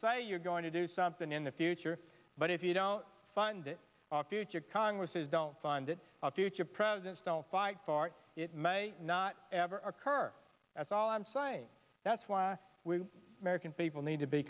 say you're going to do something in the future but if you don't fund it future congresses don't find it a future presidents don't fight for it may not ever occur that's all i'm saying that's why we american people need to be